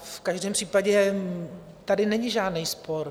V každém případě tady není žádný spor.